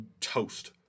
toast